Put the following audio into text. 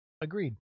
Agreed